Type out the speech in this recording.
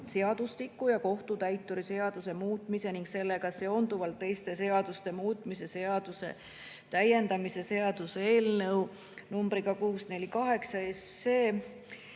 seadustiku ja kohtutäituri seaduse muutmise ning sellega seonduvalt teiste seaduste muutmise seaduse täiendamise seaduse eelnõu numbriga 648